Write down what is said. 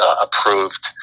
approved